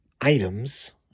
items